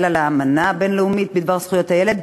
על האמנה הבין-לאומית בדבר זכויות הילד,